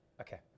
Okay